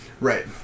Right